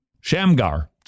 Shamgar